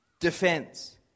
Defense